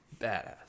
badass